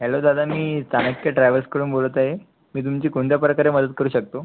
hello दादा मी चाणक्य ट्रॅव्हल्सकडून बोलत आहे मी तुमची कोणत्या प्रकारे मदत करू शकतो